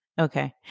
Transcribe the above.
okay